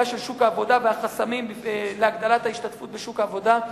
של שוק העבודה והחסמים להגדלת ההשתתפות בשוק העבודה.